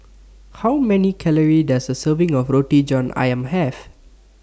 How Many Calories Does A Serving of Roti John Ayam Have